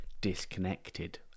disconnected